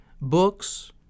books